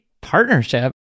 partnership